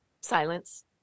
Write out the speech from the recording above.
Silence